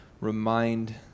remind